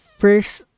first